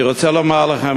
אני רוצה לומר לכם,